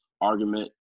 Argument